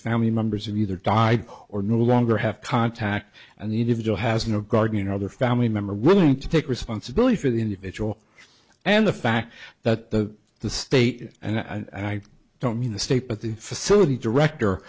family members and either die or no longer have contact and the individual has no garden or other family member willing to take responsibility for the individual and the fact that the state and i don't mean the state but the facility director